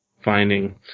finding